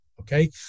Okay